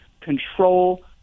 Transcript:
control